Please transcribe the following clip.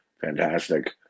fantastic